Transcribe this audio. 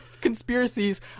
conspiracies